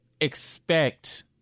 expect